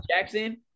Jackson